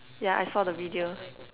yeah I saw the video